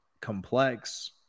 complex